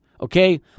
okay